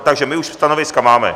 Takže my už stanoviska máme.